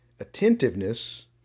attentiveness